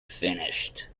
finished